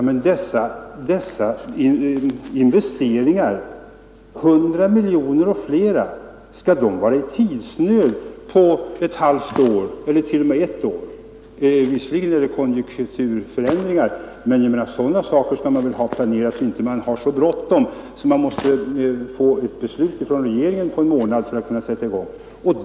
Men kan man verkligen på ett halvt eller t.o.m. ett år råka i tidsnöd när det gäller sådana här investeringar på 100 miljoner kronor och mera? Visserligen förekommer det konjunkturförändringar, men åtgärder som dessa skall man väl ha planerat på ett sådant sätt att man inte får alltför bråttom och kanske behöver ett beslut inom en månad från regeringen för att kunna sätta i gång.